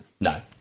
No